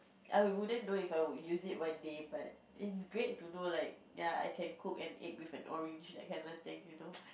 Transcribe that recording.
I would wouldn't know If I would use it one day but it's great to know like ya I can cook an egg with an orange that kind of thing you know